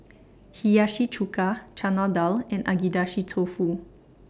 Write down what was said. Hiyashi Chuka Chana Dal and Agedashi Dofu